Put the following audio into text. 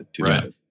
Right